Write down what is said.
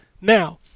Now